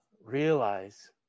realize